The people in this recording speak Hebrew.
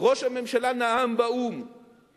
ראש הממשלה נאם באו"ם, גם